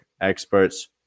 experts